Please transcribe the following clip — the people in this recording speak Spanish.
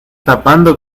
tapando